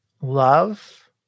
love